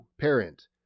Parent